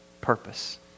purpose